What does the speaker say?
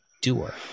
doer